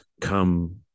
come